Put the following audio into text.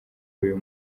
uyu